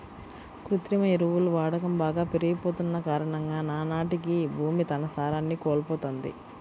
కృత్రిమ ఎరువుల వాడకం బాగా పెరిగిపోతన్న కారణంగా నానాటికీ భూమి తన సారాన్ని కోల్పోతంది